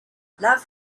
love